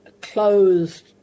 closed